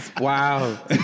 Wow